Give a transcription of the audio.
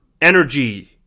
energy